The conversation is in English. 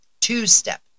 two-step